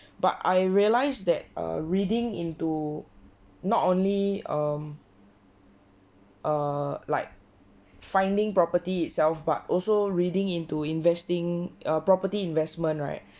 but I realised that err reading into not only um err like finding property itself but also reading into investing err property investment right